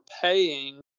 paying